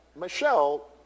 Michelle